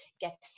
get